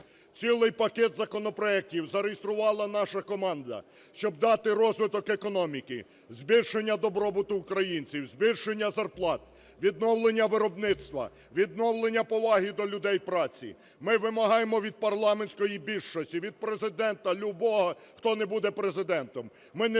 Цілий пакет законопроектів зареєструвала наша команда, щоб дати розвиток економіці, збільшення добробуту українців, збільшення зарплат, відновлення виробництва, відновлення поваги до людей праці. Ми вимагаємо від парламентської більшості, від Президента любого, хто не буде Президентом,